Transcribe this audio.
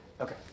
okay